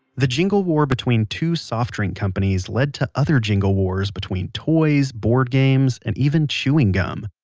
the jingle war between two soft drink companies led to other jingle wars between toys, board games, and even chewing gum.